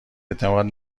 اعتماد